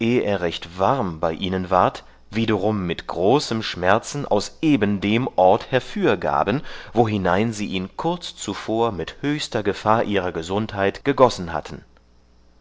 recht warm bei ihnen ward wiederum mit großem schmerzen aus ebendem ort herfürgaben wohinein sie ihn kurz zuvor mit höchster gefahr ihrer gesundheit gegossen hatten